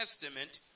Testament